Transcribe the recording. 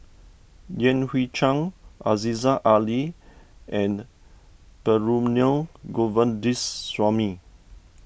Yan Hui Chang Aziza Ali and Perumal Govindaswamy